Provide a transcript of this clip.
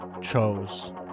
chose